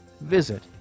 visit